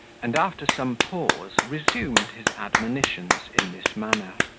and, after some pause, resumed his admonitions in this manner